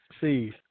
See